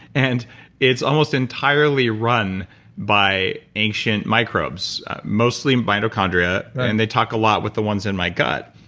and it's almost entirely run by ancient microbes mostly mitochondria, and they talk a lot with the ones in my gut.